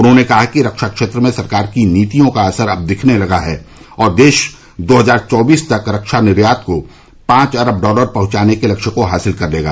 उन्होंने कहा कि रक्षा क्षेत्र में सरकार की नीतियों का असर अब दिखने लगा है और देश दो हजार चौबीस तक रक्षा निर्यात को पांच अरब डॉलर पहुंचाने के लक्ष्य को हासिल कर लेगा